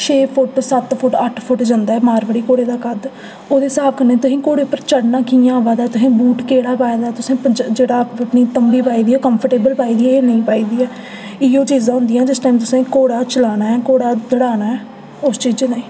छे फुट सत्त फुट अट्ठ फुट जंदा ऐ मारवाड़ी घोड़े दा कद ओह्दे स्हाब कन्नै तुसेंगी घोड़े उप्पर चढ़ना कि'यां अवा दा तुसें बूट केहडा पाए दा तुसें जेह्ड़ा अपनी तंबी पाई दी ऐ कम्फाटेवल पाई दी ऐ जां नेईं पाई दी ऐ इयो चीजां होदियां जिस टाइम तुसें घोड़ा चलाना ऐ घोड़ा दड़ाना ऐ उस चीजां ताहीं